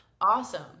awesome